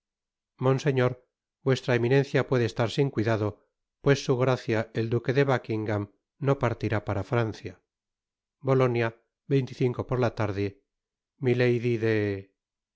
monseñor vuestra eminencia puede estar sin cuidado pues su gracia el duque de buckingam no partirá para francia bolonia por la tarde